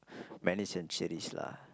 many centuries lah